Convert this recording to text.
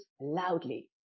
loudly